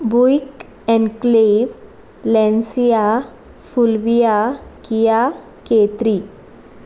Buick Enclave Lancia Fulvia Kia केत्री